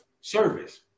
service